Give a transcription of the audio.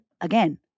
again